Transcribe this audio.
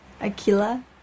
Aquila